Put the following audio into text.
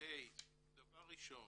כדי דבר ראשון